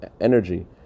energy